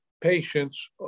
patients